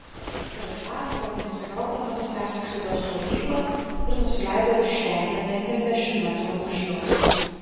sraigtasparnis kriokdamas perskrido stovyklą ir nusileido aikštelėje penkiasdešimt metrų už jos